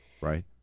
right